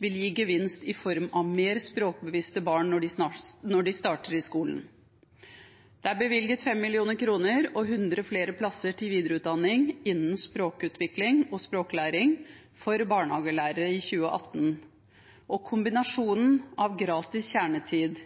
vil gi gevinst i form av mer språkbevisste barn når de starter i skolen. Det er bevilget 5 mill. kr og 100 flere plasser til videreutdanning innenfor språkutvikling og språklæring for barnehagelærere i 2018. Kombinasjonen av gratis kjernetid,